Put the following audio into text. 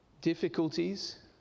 difficulties